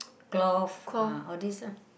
cloth uh all this lah